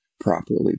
properly